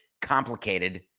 complicated